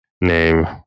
name